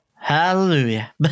Hallelujah